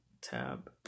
tab